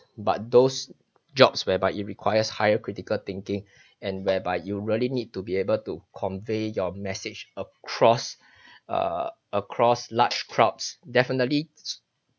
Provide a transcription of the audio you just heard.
but those jobs whereby it requires higher critical thinking and whereby you really need to be able to convey your message across a across large crowds definitely